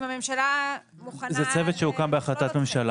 אם הממשלה מוכנה --- זה צוות שהוקם בהחלטת ממשלה,